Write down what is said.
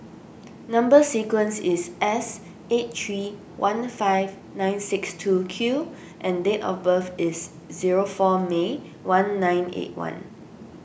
Number Sequence is S eight three one five nine six two Q and date of birth is zero four May one nine eight one